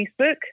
Facebook